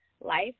life